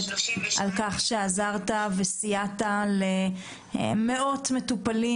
על כך שעזרת וסייעת למאות מטופלים,